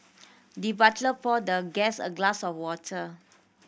the butler poured the guest a glass of water